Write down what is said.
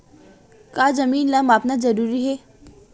का जमीन ला मापना जरूरी हे?